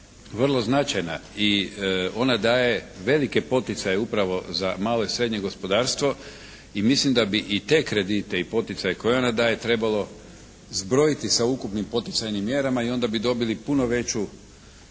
vrlo značajna i ona daje velike poticaje upravo za malo i srednje gospodarstvo i mislim da bi i te kredite i poticaje koje ona daje zbrojiti sa ukupnim poticajnim mjerama i onda bi dobili puno veću količinu